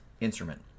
instrument